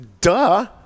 Duh